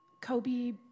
Kobe